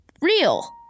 real